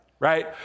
right